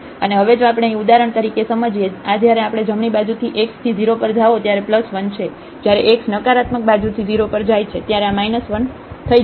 અને હવે જો આપણે અહીં ઉદાહરણ તરીકે સમજીએ છીએ આ જ્યારે આપણે જમણી બાજુથી x થી 0 પર જાઓ ત્યારે આ 1 છે જ્યારે x નકારાત્મક બાજુથી 0 પર જાય છે ત્યારે આ 1 થઈ જશે